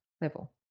level